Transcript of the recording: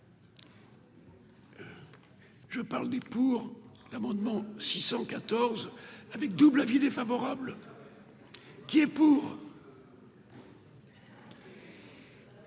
Je parle des pour l'amendement 614 avec double avis défavorable qui est pour.